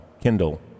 kindle